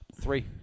three